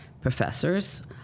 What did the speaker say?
professors